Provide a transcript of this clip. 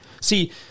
See